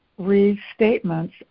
restatements